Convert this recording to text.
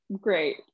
Great